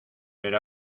pero